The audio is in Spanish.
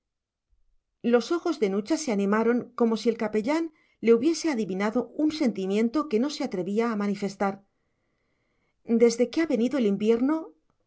los ojos de nucha se animaron como si el capellán le hubiese adivinado un sentimiento que no se atrevía a manifestar desde que ha venido el